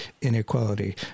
Inequality